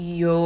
yo